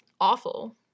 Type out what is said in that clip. awful